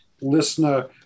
listener